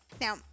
Now